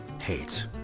hate